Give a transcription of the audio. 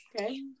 Okay